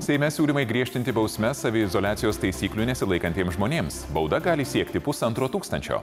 seime siūlymai griežtinti bausmes saviizoliacijos taisyklių nesilaikantiems žmonėms bauda gali siekti pusantro tūkstančio